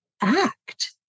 act